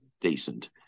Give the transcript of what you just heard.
decent